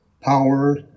power